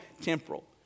temporal